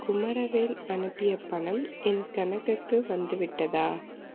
குமரவேல் அனுப்பிய பணம் என் கணக்குக்கு வந்துவிட்டதா